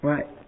Right